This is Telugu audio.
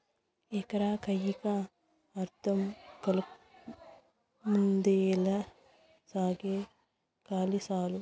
ఎకరా కయ్యికా అర్థం కలుపుమందేలే కాలి సాలు